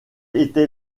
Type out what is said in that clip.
était